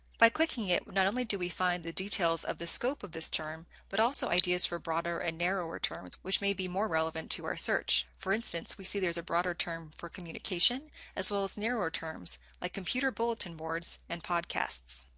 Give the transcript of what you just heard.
by clicking it not only do we find the details of the scope of this term but also ideas for broader and narrower terms, which may be more relevant to our search. for instance, we see there's a broader term for communication as well as a narrower terms like computer bulletin boards and podcasts.